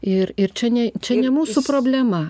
ir ir čia ne čia ne mūsų problema